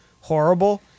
horrible